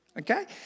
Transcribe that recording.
Okay